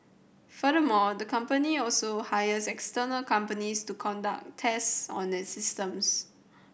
furthermore the company also hires external companies to conduct tests on its systems